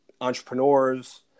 entrepreneurs